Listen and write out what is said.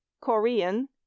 Korean